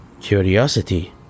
Curiosity